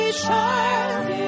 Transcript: child